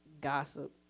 gossip